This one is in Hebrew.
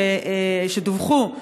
שדווחו,